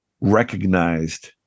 recognized